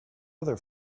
other